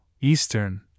eastern